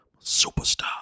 superstar